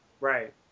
right